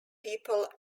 people